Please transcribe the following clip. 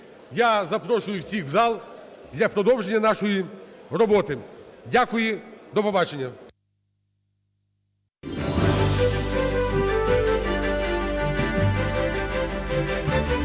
я запрошую всіх в зал для продовження нашої роботи. Дякую. До побачення.